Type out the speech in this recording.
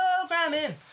Programming